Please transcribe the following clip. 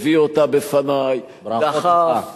הביא אותה בפני, דחף,